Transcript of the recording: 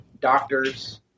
doctors